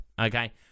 okay